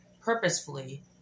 purposefully